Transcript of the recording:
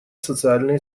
социальные